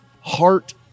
heart